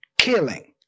killing